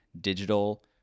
digital